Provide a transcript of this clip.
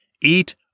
eat